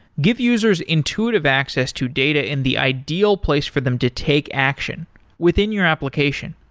give users intuitive access to data in the ideal place for them to take action within your application.